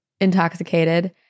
intoxicated